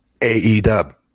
AEW